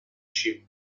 sheep